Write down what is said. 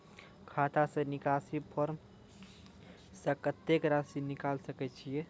खाता से निकासी फॉर्म से कत्तेक रासि निकाल सकै छिये?